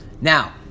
Now